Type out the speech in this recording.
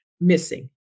missing